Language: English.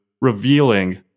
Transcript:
revealing